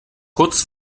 kurz